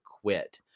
quit